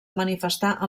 manifestar